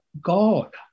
God